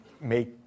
make